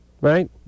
right